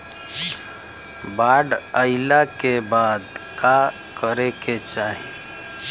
बाढ़ आइला के बाद का करे के चाही?